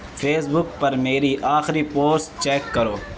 face بک پر میری آخری پوسٹ چیک کرو